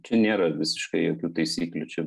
čia nėra visiškai jokių taisyklių čia